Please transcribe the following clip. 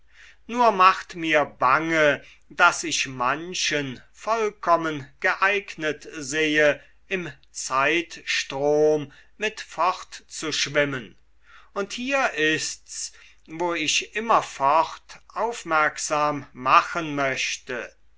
nur macht mir bange daß ich manchen vollkommen geeignet sehe im zeitstrom mit fortzuschwimmen und hier ist's wo ich immerfort aufmerksam machen möchte